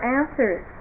answers